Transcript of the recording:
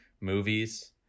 movies